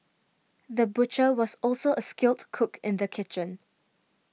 the butcher was also a skilled cook in the kitchen